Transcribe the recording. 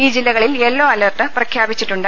ഈ ജില്ലകളിൽ yellow alert പ്രഖ്യാപിച്ചിട്ടുണ്ട്